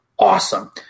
Awesome